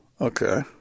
okay